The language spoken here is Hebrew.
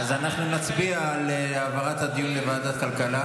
ועדת הכלכלה.